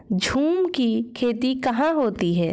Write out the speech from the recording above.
झूम की खेती कहाँ होती है?